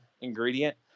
ingredient